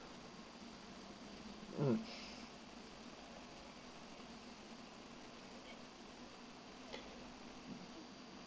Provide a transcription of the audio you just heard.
mm